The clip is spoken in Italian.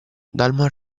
dalmor